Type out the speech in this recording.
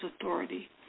authority